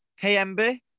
KMB